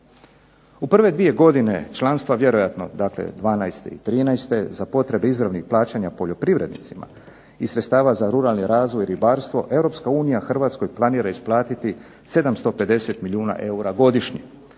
U prve dvije godine članstva, vjerojatno 12. i 13. za potrebe izravnih plaćanja poljoprivrednicima i sredstava za ruralni razvoj i ribarstvo, Europska unija Hrvatskoj planira isplatiti 750 milijuna eura godišnje.